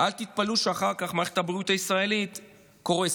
אל תתפלאו שאחר כך מערכת הבריאות הישראלית קורסת.